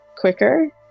quicker